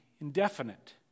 indefinite